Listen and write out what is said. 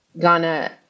Ghana